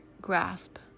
grasp